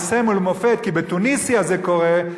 לסמל ולמופת כי בתוניסיה זה קורה,